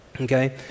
Okay